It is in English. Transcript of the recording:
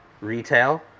retail